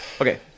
Okay